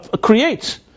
creates